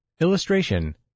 Illustration